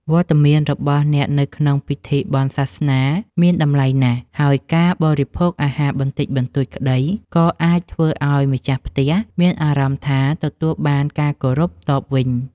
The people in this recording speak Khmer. វត្តមានរបស់អ្នកនៅក្នុងពិធីបុណ្យសាសនាមានតម្លៃណាស់ ហើយការបរិភោគអាហារបន្តិចបន្តួចក្តី ក៏អាចធ្វើឱ្យម្ចាស់ផ្ទះមានអារម្មណ៍ថាទទួលបានការគោរពតបវិញ។